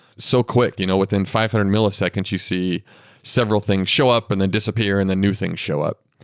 so quick. you know within five hundred milliseconds, you see several things show up and then disappear and then new things show up.